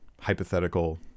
hypothetical